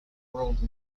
world